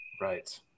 right